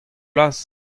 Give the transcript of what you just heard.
plas